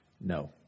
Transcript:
no